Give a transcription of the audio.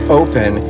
open